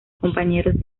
compañeros